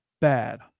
bad